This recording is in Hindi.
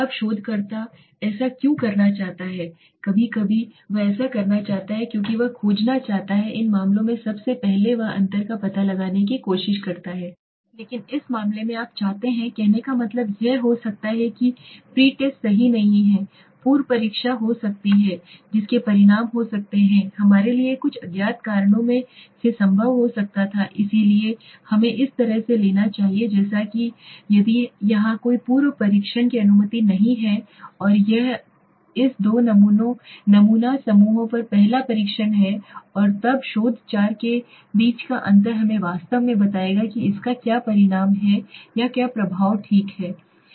अब शोधकर्ता ऐसा क्यों करना चाहता है कभी कभी वह ऐसा करना चाहता है क्योंकि वह खोजना चाहता है इन मामलों में सबसे पहले वह अंतर का पता लगाने की कोशिश कर रहा है लेकिन इस मामले में आप चाहते हैं कहने का मतलब यह हो सकता है कि प्रीस्ट सही नहीं है पूर्व परीक्षा हो सकती है जिसके परिणाम हो सकते हैं हमारे लिए कुछ अज्ञात कारणों से संभव हो सकता था इसलिए हमें इस तरह से लेना चाहिए जैसा कि है यदि यहां कोई पूर्व परीक्षण की अनुमति नहीं है और यह इस दो नमूना समूहों पर पहला परीक्षण है और तब शोध चार के बीच का अंतर हमें वास्तव में बताएगा कि इसका क्या परिणाम है या क्या प्रभाव है ठीक है